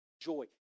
joy